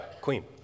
queen